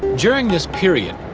during this period,